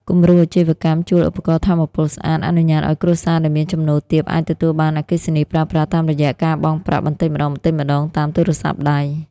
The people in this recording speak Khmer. គំរូអាជីវកម្មជួលឧបករណ៍ថាមពលស្អាត អនុញ្ញាតឱ្យគ្រួសារដែលមានចំណូលទាបអាចទទួលបានអគ្គិសនីប្រើប្រាស់តាមរយៈការបង់ប្រាក់បន្តិចម្ដងៗតាមទូរស័ព្ទដៃ។